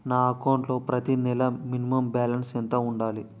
నా అకౌంట్ లో ప్రతి నెల మినిమం బాలన్స్ ఎంత ఉండాలి?